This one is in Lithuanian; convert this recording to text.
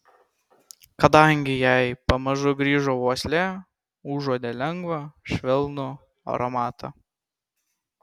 kadangi jai pamažu grįžo uoslė užuodė lengvą švelnų aromatą